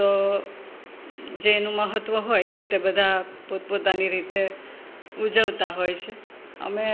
તો જેનું મહત્વ હોય એ રીતે બધાં પોતપોતાની રીતે ઉજવતાં હોય છે અમે